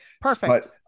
Perfect